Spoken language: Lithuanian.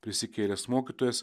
prisikėlęs mokytojas